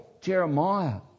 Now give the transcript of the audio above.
Jeremiah